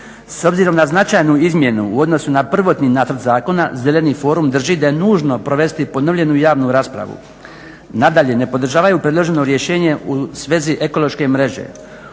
S obzirom na značajnu izmjenu u odnosu na prvotni nacrt zakona Zeleni forum drži da je nužno provesti ponovljenu javnu raspravu. Nadalje, ne podržavaju predloženo rješenje u svezi ekološke mreže.